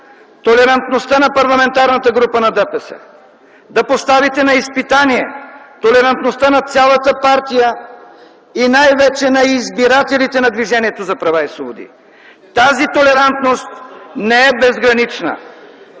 толерантността на Парламентарната група на ДПС, да поставите на изпитание толерантността на цялата партия и най-вече на избирателите на Движението за права и свободи! Тази толерантност не е безгранична.